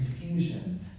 confusion